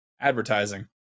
advertising